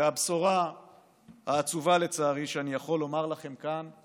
הבשורה העצובה, לצערי, שאני יכול לומר לכם כאן היא